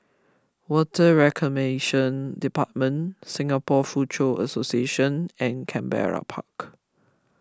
Water Reclamation Department Singapore Foochow Association and Canberra Park